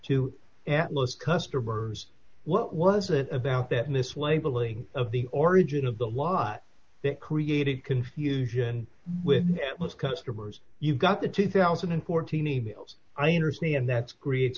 most customers what was it about that in this way billing of the origin of the lot that created confusion when most customers you've got the two thousand and fourteen emails i understand that's creates